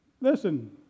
listen